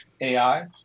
AI